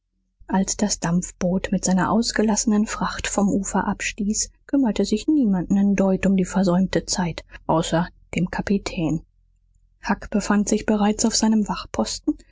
als das dampfboot mit seiner ausgelassenen fracht vom ufer abstieß kümmerte sich niemand nen deut um die versäumte zeit außer dem kapitän huck befand sich bereits auf seinem